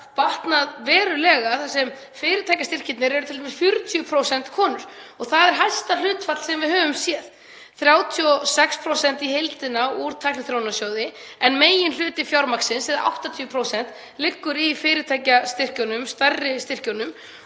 batnað verulega þar sem fyrirtækjastyrkirnir eru t.d. 40% konur og það er hæsta hlutfall sem við höfum séð. 36% í heildina úr Tækniþróunarsjóði. En meginhluti fjármagnsins eða 80% liggur í fyrirtækjastyrkjunum, stærri styrkjunum